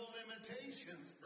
limitations